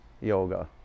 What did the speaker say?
yoga